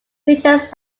pitchers